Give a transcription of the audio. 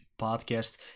podcast